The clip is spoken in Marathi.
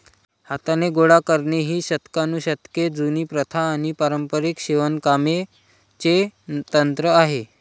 हाताने गोळा करणे ही शतकानुशतके जुनी प्रथा आणि पारंपारिक शिवणकामाचे तंत्र आहे